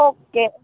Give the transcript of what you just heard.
okay